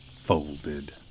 Folded